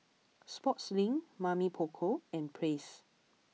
Sportslink Mamy Poko and Praise